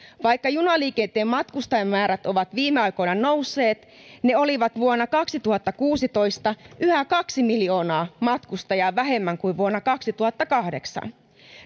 vaikka junaliikenteen matkustajamäärät ovat viime aikoina nousseet ne olivat vuonna kaksituhattakuusitoista yhä kaksi miljoonaa matkustajaa vähemmän kuin vuonna kaksituhattakahdeksan